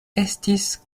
estis